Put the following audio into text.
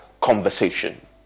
conversation